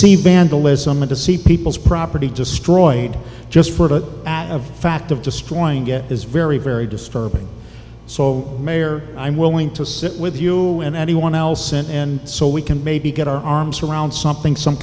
see vandalism and to see people's property destroyed just for the fact of destroying it is very very disturbing so mayor i'm willing to sit with you and anyone else and so we can maybe get our arms around something some